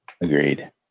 Agreed